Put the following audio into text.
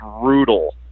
brutal